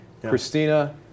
Christina